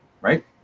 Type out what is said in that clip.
Right